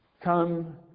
Come